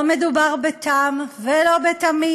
לא מדובר בתם ולא בתמים.